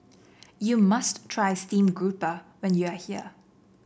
you must try stream grouper when you are here